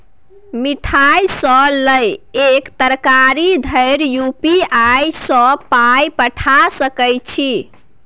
मिठाई सँ लए कए तरकारी धरि यू.पी.आई सँ पाय पठा सकैत छी